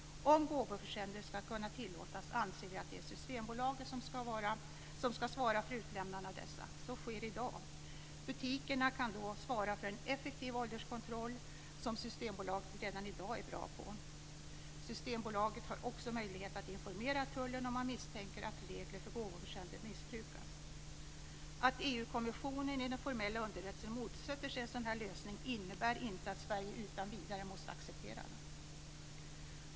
Om gåvoförsändelser ska kunna tillåtas anser vi att det är Systembolaget som ska svara för utlämnandet av dessa. Så sker i dag. Butikerna kan då svara för en effektiv ålderskontroll, som Systembolaget redan i dag är bra på. Systembolaget har också möjlighet att informera Tullen om man misstänker att reglerna för gåvoförsändelser missbrukas. Att EU kommissionen i den formella underrättelsen motsätter sig en sådan här lösning innebär inte att Sverige utan vidare måste acceptera detta.